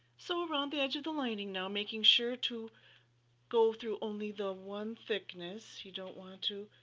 sew around the edge of the lining now making sure to go through only the one thickness. you don't want to